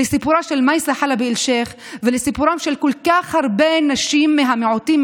לסיפורה של מייסה חלבי אלשיך ולסיפורן של כל כך הרבה נשים מהמיעוטים,